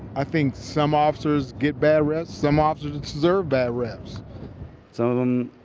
i think some officers get bad reps, some officers deserve bad reps some of them,